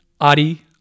adi